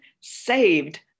saved